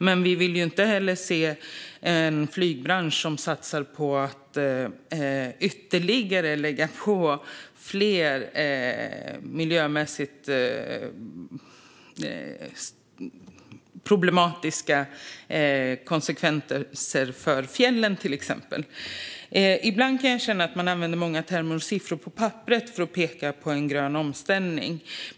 Men vi vill inte se en flygbransch som satsar på något som ger fler miljömässigt problematiska konsekvenser för till exempel fjällen. Ibland kan jag känna att man använder många termer och siffror på papperet för att peka på en grön omställning.